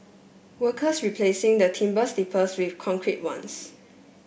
workers replacing the timber sleepers with concrete ones